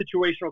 situational